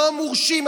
לא מורשים.